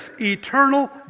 Eternal